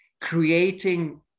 creating